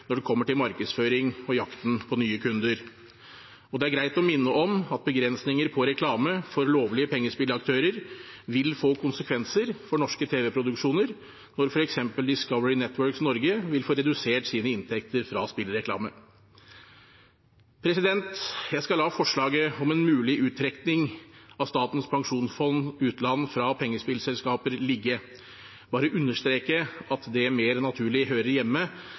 når det kommer til markedsføring og jakten på nye kunder. Det er greit å minne om at begrensninger på reklame for lovlige pengespillaktører vil få konsekvenser for norske tv-produksjoner når f.eks. Discovery Networks Norge vil få redusert sine inntekter fra spillreklame. Jeg skal la forslaget om en mulig uttrekning av Statens pensjonsfond utland fra pengespillselskaper ligge, men bare understreke at det mer naturlig hører hjemme